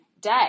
day